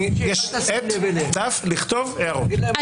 יש עט ודף לכתוב הערות.